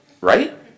Right